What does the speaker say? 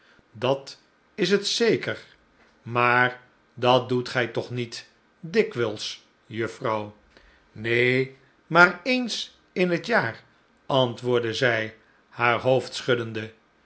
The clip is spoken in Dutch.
dat is het zeker maar dat doet gij toch niet dikwijls juffrouw neen maar eens in het jaar antwoordde zij u haar hoofd schuddende